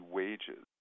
wages